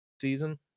season